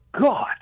God